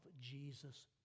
Jesus